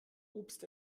obst